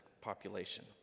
population